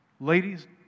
Ladies